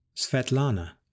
Svetlana